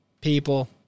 people